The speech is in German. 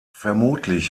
vermutlich